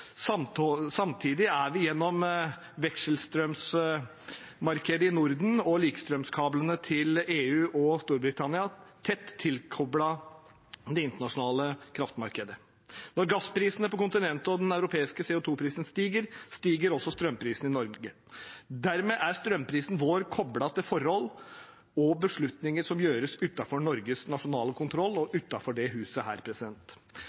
Samtidig er vi gjennom vekselstrøm-markedet i Norden og likestrømskablene til EU og Storbritannia tett tilkoblet det internasjonale kraftmarkedet. Når gassprisene på kontinentet og den europeiske CO 2 -prisen stiger, stiger også strømprisene i Norge. Dermed er strømprisen vår koblet til forhold og beslutninger som tas utenfor Norges nasjonale kontroll og